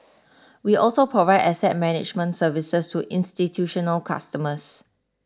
we also provide asset management services to institutional customers